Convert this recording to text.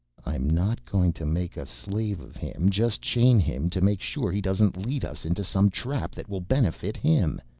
i'm not going to make a slave of him, just chain him to make sure he doesn't lead us into some trap that will benefit him.